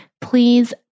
please